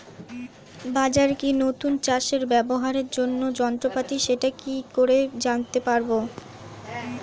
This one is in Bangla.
বাজারে কি নতুন চাষে ব্যবহারের জন্য যন্ত্রপাতি সেটা কি করে জানতে পারব?